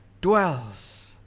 dwells